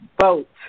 vote